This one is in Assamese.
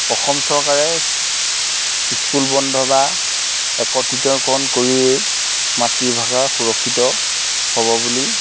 অসম চৰকাৰে স্কুল বন্ধ বা একত্ৰিতকৰণ কৰিয়েই মাতৃভাষা সুৰক্ষিত হ'ব বুলি